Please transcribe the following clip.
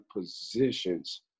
positions